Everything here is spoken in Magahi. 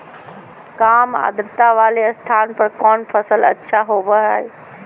काम आद्रता वाले स्थान पर कौन फसल अच्छा होबो हाई?